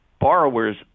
borrowers